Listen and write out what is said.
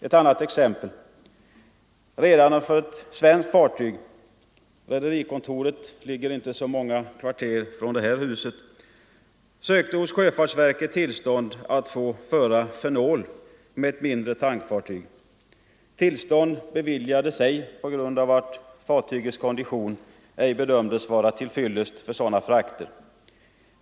Ett annat exempel: Redaren för ett svenskt fartyg — rederikontoret ligger inte så många kvarter från det här huset — sökte hos sjöfartsverket tillstånd att föra fenol med ett mindre tankfartyg. Tillstånd beviljades ej på grund av att fartygets kondition ej bedömdes vara till fyllest för sådana frakter.